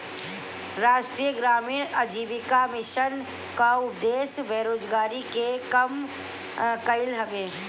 राष्ट्रीय ग्रामीण आजीविका मिशन कअ उद्देश्य बेरोजारी के कम कईल हवे